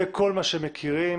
זה כל מה שהם מכירים,